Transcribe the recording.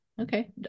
Okay